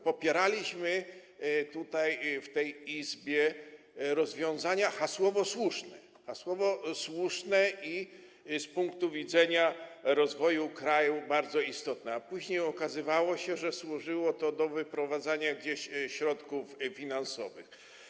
Popieraliśmy w tej Izbie rozwiązania hasłowo słuszne i z punktu widzenia rozwoju kraju bardzo istotne, a później okazywało się, że służyło to do wyprowadzania gdzieś środków finansowych.